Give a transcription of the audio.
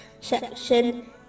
section